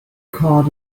card